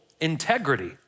integrity